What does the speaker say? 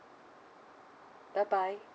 bye bye